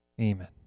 amen